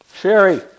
Sherry